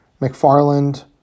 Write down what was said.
McFarland